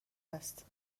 است